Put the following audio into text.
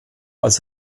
als